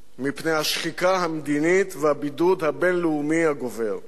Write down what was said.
מפני השחיקה המדינית והבידוד הבין-לאומי הגובר.